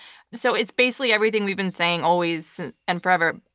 so it's basically everything we've been saying always and forever.